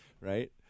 right